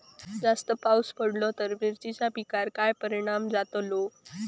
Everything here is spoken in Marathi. जास्त पाऊस पडलो तर मिरचीच्या पिकार काय परणाम जतालो?